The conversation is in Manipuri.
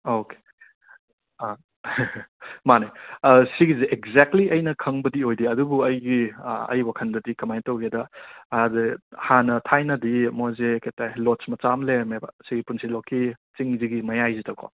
ꯑꯣꯀꯦ ꯑ ꯃꯥꯅꯦ ꯁꯤꯒꯤꯁꯦ ꯑꯦꯛꯖꯦꯛꯂꯤ ꯑꯩꯅ ꯈꯪꯕꯗꯤ ꯑꯣꯏꯗꯦ ꯑꯗꯨꯕꯨ ꯑꯩꯒꯤ ꯑꯩ ꯋꯥꯈꯟꯗꯗꯤ ꯀꯃꯥꯏ ꯇꯧꯒꯦꯗ ꯑꯗ ꯍꯥꯟꯅ ꯊꯥꯏꯅꯗꯤ ꯃꯣꯏꯁꯦ ꯀꯔꯤ ꯍꯥꯏꯇꯥꯔꯦ ꯂꯣꯗꯖ ꯃꯆꯥ ꯑꯃ ꯂꯩꯔꯝꯃꯦꯕ ꯁꯤꯒꯤ ꯄꯨꯟꯁꯤꯂꯣꯛꯀꯤ ꯆꯤꯡꯁꯤꯒꯤ ꯃꯌꯥꯏꯁꯤꯗꯀꯣ